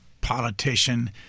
politician